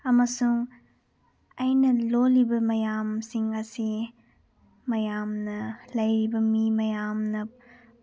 ꯑꯃꯁꯨꯡ ꯑꯩꯅ ꯂꯣꯜꯂꯤꯕ ꯃꯌꯥꯝꯁꯤꯡ ꯑꯁꯤ ꯃꯌꯥꯝꯅ ꯂꯩꯔꯤꯕ ꯃꯤ ꯃꯌꯥꯝꯅ